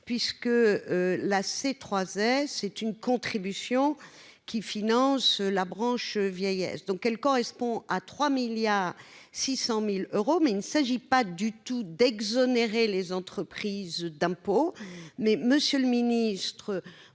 trois c'est une contribution qui financent la branche vieillesse, donc elle correspond à 3 milliards 600000 euros, mais il ne s'agit pas du tout d'exonérer les entreprises d'impôts